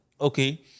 Okay